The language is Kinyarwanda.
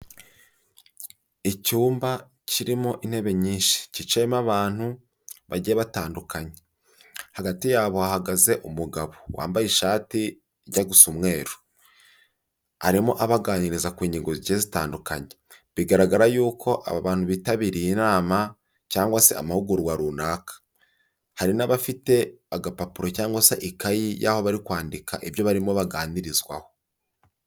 Icyumba kirimo intebe nyinshi, cyicayemo abantu bagiye batandukanye, hagati yabo hahagaze umugabo wambaye ishati ijya gusa umweru, arimo abaganiriza ku ngingo zigiye zitandukanye, bigaragara yuko aba bantu bitabiriye inama cyangwa se amahugurwa runaka, hari n'abafite agapapuro cyangwa se ikayi y'aho bari kwandika ibyo barimo baganirizwaho.